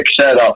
setup